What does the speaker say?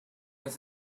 was